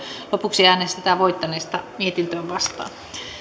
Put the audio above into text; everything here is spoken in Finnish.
lopuksi voittaneesta mietintöä vastaan